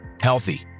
healthy